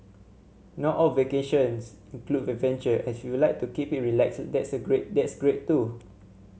not all vacations include adventure and if you like to keep it relaxed that's a great that's great too